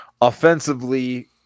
offensively